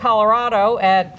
colorado at